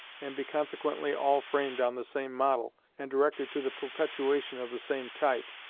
and be consequently all framed on the same model, and directed to the perpetuation of the same type,